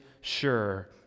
sure